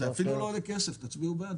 זה אפילו לא עולה כסף, תצביעו בעד.